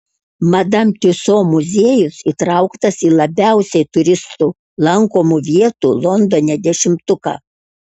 madam tiuso muziejus įtrauktas į labiausiai turistų lankomų vietų londone dešimtuką